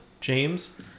James